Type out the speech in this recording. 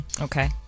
Okay